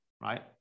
right